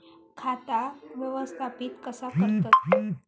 खाता व्यवस्थापित कसा करतत?